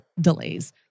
delays